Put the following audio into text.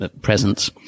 presence